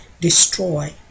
destroy